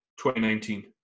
2019